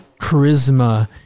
charisma